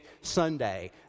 Sunday